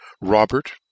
Robert